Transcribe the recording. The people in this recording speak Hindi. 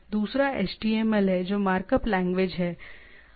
और दूसरा HTML है जो मार्कअप लैंग्वेज है